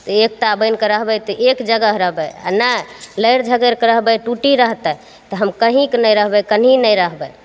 एकता बनिके रहबै तऽ एक जगह रहबै आओर नहि लड़ि झगड़िके रहबै टूटी रहतै तऽ हम कहीँके नहि रहबै